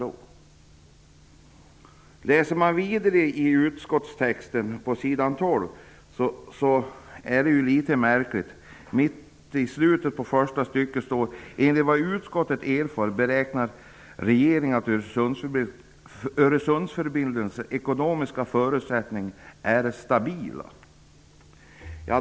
Om man läser vidare i utskottstexten finner man något som är märkligt på sidan 12: "Enligt vad utskottet erfarit beräknar regeringen att Öresundsförbindelsens ekonomiska förutsättningar är stabila."